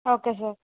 okay sir